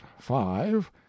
five